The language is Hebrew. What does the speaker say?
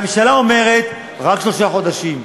הממשלה אומרת: רק שלושה חודשים.